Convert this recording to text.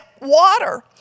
water